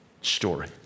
story